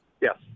Yes